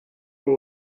for